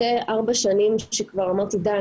אחרי 4 שנים שכבר אמרתי די,